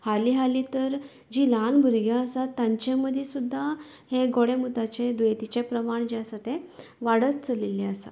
हाली हाली तर जी ल्हान भुरगीं आसा तांचे मदीं सुद्दां हे गोडेमुताचे दुयेंतीचे जे प्रमाण जे आसा वाडत चलिल्ले आसा